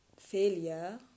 failure